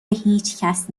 هیچکس